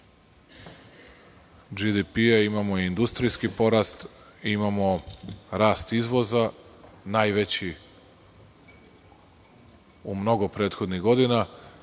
DžDP. Imamo industrijski porast, imamo rast izvoza najveći u mnogo prethodnih godina.